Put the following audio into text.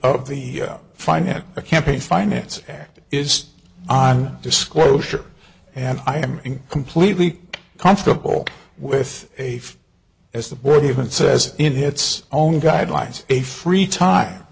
of the find a campaign finance act is on disclosure and i am completely comfortable with a as the board even says in hits own guidelines a free time